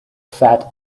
fat